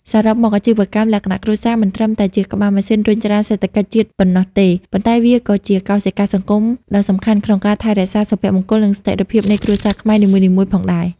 សរុបមក អាជីវកម្មលក្ខណៈគ្រួសារមិនត្រឹមតែជាក្បាលម៉ាស៊ីនរុញច្រានសេដ្ឋកិច្ចជាតិប៉ុណ្ណោះទេ ប៉ុន្តែវាក៏ជាកោសិកាសង្គមដ៏សំខាន់ក្នុងការថែរក្សាសុភមង្គល និងស្ថិរភាពនៃគ្រួសារខ្មែរនីមួយៗផងដែរ។